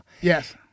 Yes